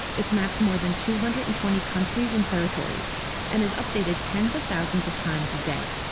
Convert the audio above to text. it's mapped more than two hundred and twenty countries and territories and is updated tens of thousands of times a day.